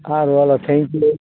સારું ચાલો thank you